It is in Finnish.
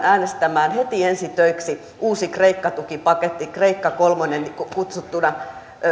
äänestämään heti ensi töiksi uusi kreikka tukipaketti kreikka kolmonen kutsuttuna